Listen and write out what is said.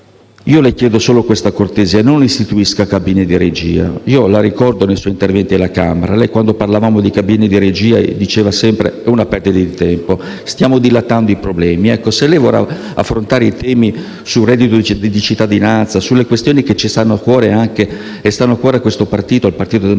le chiedo solo una cortesia: non istituisca cabine di regia. La ricordo nei suoi interventi alla Camera dei deputati: quando parlavamo di cabina di regia, diceva sempre che sono una perdita di tempo e che stavamo dilatando i problemi. Se lei vuole affrontare i temi del reddito di cittadinanza e le questioni che ci stanno a cuore e stanno a cuore anche al Partito Democratico,